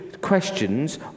questions